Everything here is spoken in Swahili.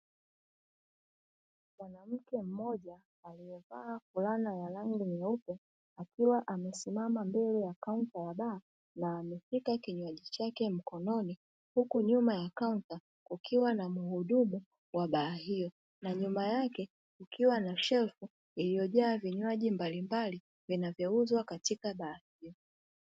Mwanamke mmoja aliyevaa fulana ya rangi nyeupe, akiwa amesimama mbele ya kaunta ya baa na ameshika kinywaji chake mkononi, huku nyuma ya kaunta kukiwa na muhudumu wa baa hiyo na nyuma yake kukiwa na shelfu iliyojaa vinywaji mbalimbali vinavyouzwa katika baa hiyo.